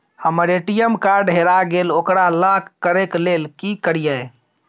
हमर ATM card हेरा गेल ओकरा लॉक करै के लेल की करियै?